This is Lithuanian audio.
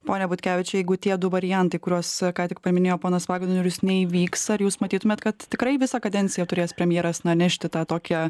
pone butkevičiau jeigu tie du variantai kuriuos ką tik paminėjo ponas vagnorius neįvyks ar jūs matytumėt kad tikrai visą kadenciją turės premjeras na nešti tą tokią